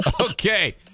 Okay